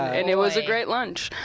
and it was a great lunch.